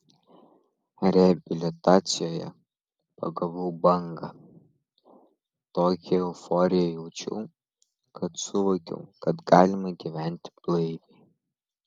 reabilitacijoje pagavau bangą tokią euforiją jaučiau kai suvokiau kad galima gyventi blaiviai